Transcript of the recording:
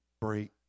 break